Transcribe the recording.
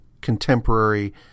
contemporary